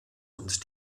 und